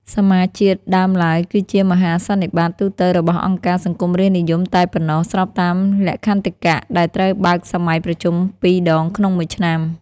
សមាជជាតិដើមឡើយគឺជាមហាសន្និបាតទូទៅរបស់អង្គការសង្គមរាស្ត្រនិយមតែប៉ុណ្ណោះ ស្របតាមលក្ខន្តិកៈដែលត្រូវបើកសម័យប្រជុំ ២ ដងក្នុងមួយឆ្នាំ។